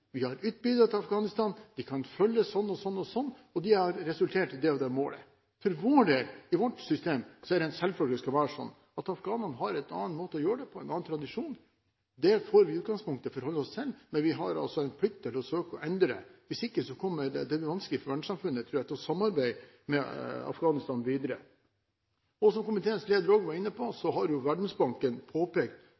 har ytt bidrag til Afghanistan, vi kan følge det slik og slik, og det har resultert i det og det målet. For vår del, i vårt system, er det en selvfølge at det skal være slik, men afghanerne har en annen måte å gjøre det på, en annen tradisjon. Det må vi i utgangspunktet forholde oss til, men vi har en plikt til å søke å endre det. Hvis ikke blir det vanskelig for verdenssamfunnet, tror jeg, å samarbeide videre med Afghanistan. Som komiteens leder også var inne på,